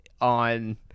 on